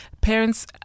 parents